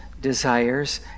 desires